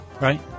Right